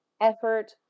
effort